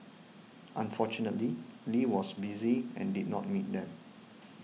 unfortunately Lee was busy and did not meet them